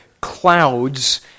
clouds